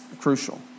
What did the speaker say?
crucial